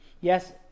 Yes